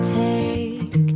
take